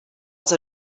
els